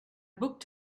booked